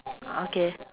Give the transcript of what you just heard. okay